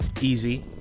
easy